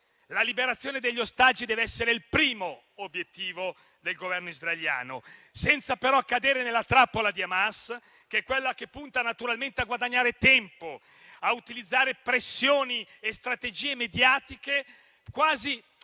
La liberazione degli ostaggi deve essere il primo obiettivo del Governo israeliano, senza però cadere nella trappola di Hamas, che punta a guadagnare tempo, a utilizzare pressioni e strategie mediatiche, quasi